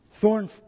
thorn